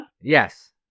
Yes